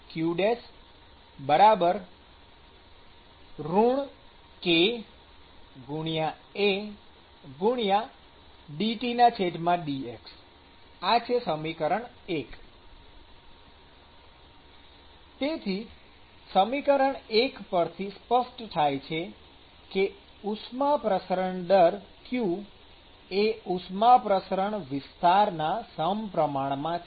qAq kAdTdx ૧ તેથી સમીકરણ ૧ પરથી સ્પષ્ટ થાય છે કે ઉષ્મા પ્રસરણ દર q એ ઉષ્મા પ્રસરણ વિસ્તાર ના સમપ્રમાણમાં છે